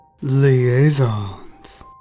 Liaisons